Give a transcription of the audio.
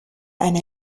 eine